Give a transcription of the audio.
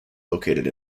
located